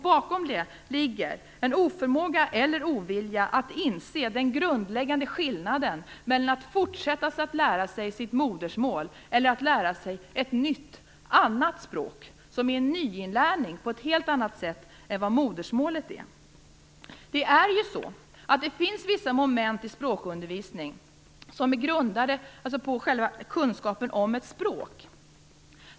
Bakom det ligger en oförmåga eller ovilja att inse den grundläggande skillnaden mellan att fortsätta att lära sig sitt modersmål och att lära sig ett nytt, annat språk som är en nyinlärning på ett helt annat sätt än vad modersmålet är. Det finns vissa moment i språkundervisningen som är grundade på själva kunskapen om ett språk.